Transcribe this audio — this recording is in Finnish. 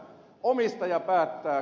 omistaja päättää